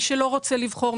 עבור מי שלא רוצה לבחור,